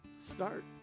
start